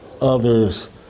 others